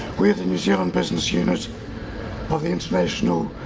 we're the new zealand business unit of the international